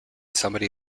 somebody